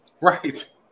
Right